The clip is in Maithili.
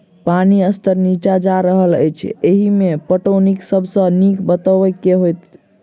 पानि स्तर नीचा जा रहल अछि, एहिमे पटौनीक सब सऽ नीक ब्योंत केँ होइत?